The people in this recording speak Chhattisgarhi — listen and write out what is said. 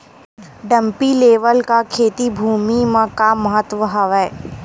डंपी लेवल का खेती भुमि म का महत्व हावे?